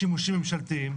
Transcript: שימושים ממשלתיים?